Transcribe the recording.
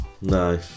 No